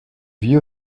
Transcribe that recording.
you